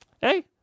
hey